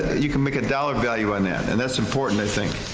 you can make a dollar value on that, and that's important, i think.